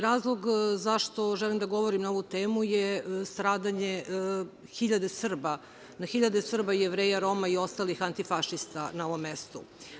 Razlog zašto želim da govorim na ovu temu je stradanje na hiljade Srba i Jevreja, Roma i ostalih antifašista na ovom mestu.